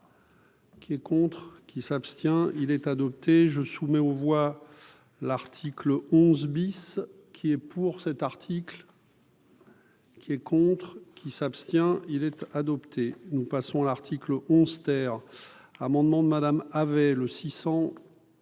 Qui est contre qui s'abstient, il est adopté, je soumets aux voix, l'article 11 bis qui est pour cet article. Qui est contre qui s'abstient-il être adopté, nous passons l'article 11 terre amendement de Madame avait, le 626.